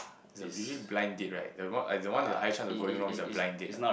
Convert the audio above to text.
it's a usually blind date right the one ah is the one that has high chance of going wrong is a blind date lah